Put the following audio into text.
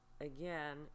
again